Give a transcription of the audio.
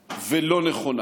ולא נכונה.